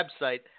website